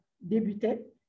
débutait